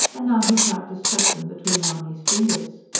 and now he tried to stuff them between mahony's fingers.